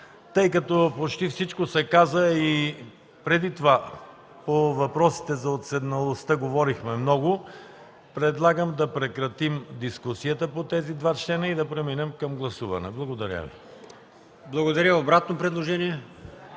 Тъй като почти всичко се каза, и преди това по въпросите за уседналостта говорихме много, предлагам да прекратим дискусията по тези два члена и да преминем към гласуване. Благодаря Ви. ПРЕДСЕДАТЕЛ АЛИОСМАН